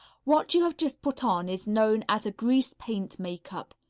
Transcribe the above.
what you have just put on is known as a grease-paint makeup.